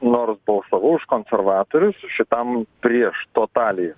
nors balsavau už konservatorius šitam prieš totaliai